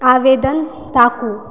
आवेदन ताकू